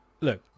look